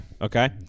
Okay